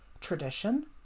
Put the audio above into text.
tradition